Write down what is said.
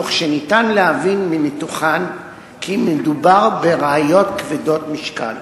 תוך שניתן להבין מניתוחן כי מדובר בראיות כבדות משקל